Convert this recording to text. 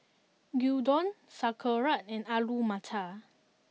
Gyudon Sauerkraut and Alu Matar